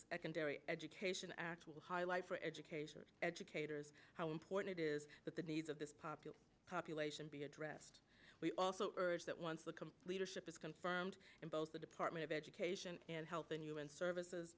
secondary education act will highlight for educators educators how important it is that the needs of this popular population be addressed we also urge that once become leadership is confirmed and both the department of education and health and human services